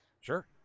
Sure